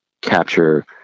capture